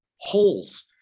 holes